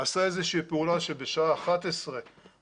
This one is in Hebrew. עשה איזה שהיא פעולה שבשעה 11 ההפגנה